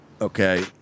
Okay